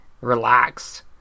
relaxed